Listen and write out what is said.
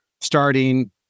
starting